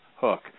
hook